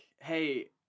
hey